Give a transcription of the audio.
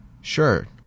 Sure